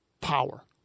power